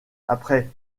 après